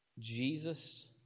Jesus